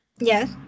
Yes